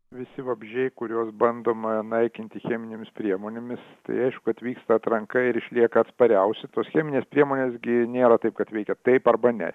visi vabzdžiai kuriuos bandoma naikinti cheminėmis priemonėmis tai aišku kad vyksta atranka ir išlieka atspariausi tos cheminės priemonės gi nėra taip kad veikia taip arba ne